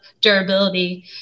durability